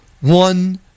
one